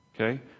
Okay